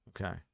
Okay